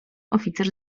oficer